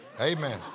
Amen